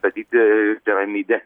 statyti piramidę